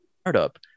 startup